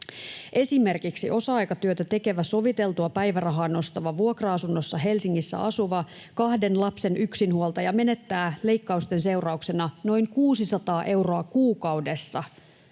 Esimerkiksi osa-aikatyötä tekevä, soviteltua päivärahaa nostava, vuokra-asunnossa Helsingissä asuva kahden lapsen yksinhuoltaja menettää leikkausten seurauksena noin 600 euroa kuukaudessa.